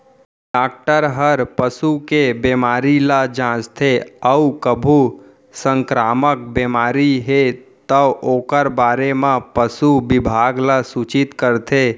doctor हर पसू के बेमारी ल जांचथे अउ कभू संकरामक बेमारी हे तौ ओकर बारे म पसु बिभाग ल सूचित करथे